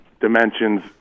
dimensions